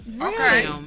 Okay